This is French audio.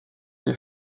des